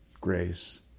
grace